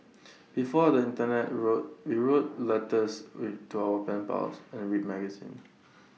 before the Internet we we wrote letters we to our pen pals and read magazines